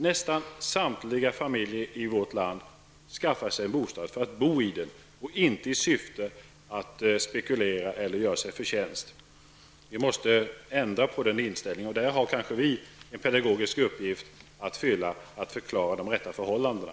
Nästan samtliga familjer i vårt land skaffar sig en bostad för att bo i den och inte i syfte att spekulera eller göra sig förtjänst. Vi måste ändra på den inställningen. Där har vi kanske en pedagogisk uppgift att fylla, nämligen att förklara de rätta förhållandena.